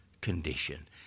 condition